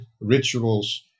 rituals